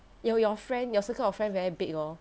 your your friend your circle of friend very big hor